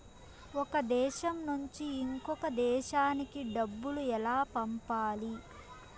ఒక దేశం నుంచి ఇంకొక దేశానికి డబ్బులు ఎలా పంపాలి?